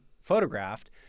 photographed